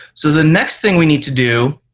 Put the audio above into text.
so the next thing we need to do